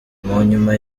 nyuma